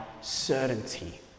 certainty